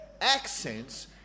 accents